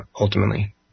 ultimately